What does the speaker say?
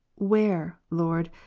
where. lord,